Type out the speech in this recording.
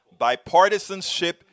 Bipartisanship